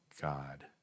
God